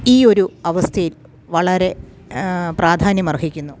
ഈ ഒരു അവസ്ഥയിൽ വളരെ പ്രാധാന്യമർഹിക്കുന്നു